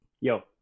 Yo